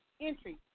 entry